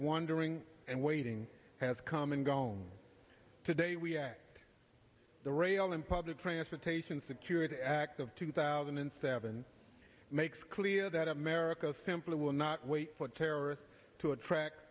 wondering and waiting has come and gone today we at the rail and public transportation security act of two thousand and seven makes clear that america simply will not wait for terrorists to trac